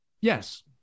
Yes